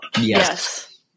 Yes